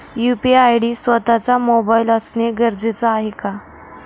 UPI साठी स्वत:चा mobile असणे गरजेचे आहे का?